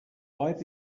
boy